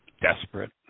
desperate